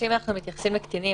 מתייחסים לקטינים,